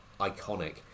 iconic